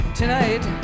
tonight